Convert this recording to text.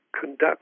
conduct